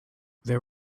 there